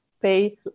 pay